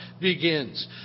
begins